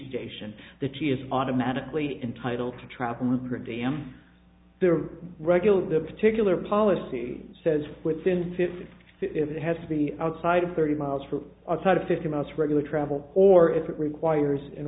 station that g is automatically entitled to travel with her d m there regularly the particular policy says within fifty if it has to be outside of thirty miles from outside of fifty miles regular travel or if it requires an